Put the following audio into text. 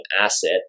asset